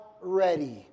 ready